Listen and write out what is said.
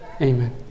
Amen